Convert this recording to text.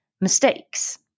mistakes